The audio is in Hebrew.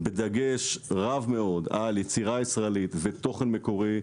בדגש רב מאוד על יצירה ישראלית ותוכן מקורי.